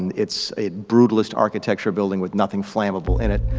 and it's a brutalist architecture building with nothing flammable in it.